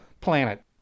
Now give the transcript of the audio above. planet